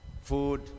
food